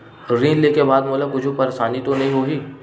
ऋण लेके बाद मोला कुछु परेशानी तो नहीं होही?